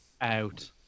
Out